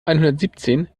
einhundertsiebzehn